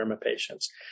patients